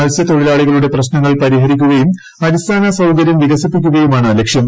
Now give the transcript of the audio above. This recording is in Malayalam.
മത്സൃത്തൊഴിലാളികളുടെ പ്രശ്നങ്ങൾ പരിഹരിക്കുകയും അടിസ്ഥാന സൌകരൃം വികസിപ്പിക്കുകയുമാണ് ലക്ഷ്യം